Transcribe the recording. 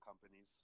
companies